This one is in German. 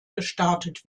gestartet